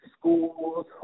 schools